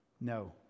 No